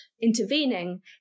intervening